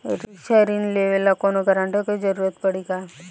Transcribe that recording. शिक्षा ऋण लेवेला कौनों गारंटर के जरुरत पड़ी का?